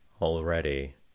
Already